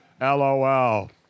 Lol